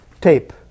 tape